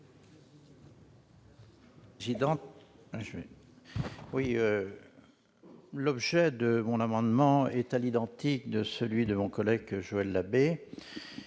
L'objet de cet amendement est identique à celui de mon collègue Joël Labbé,